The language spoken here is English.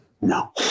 No